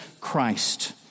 Christ